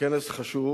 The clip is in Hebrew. כנס חשוב,